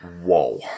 Whoa